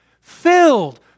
filled